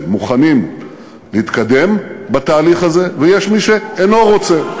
מוכנות להתקדם בתהליך הזה ויש מי שאינו רוצה,